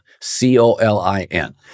C-O-L-I-N